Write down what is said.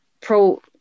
pro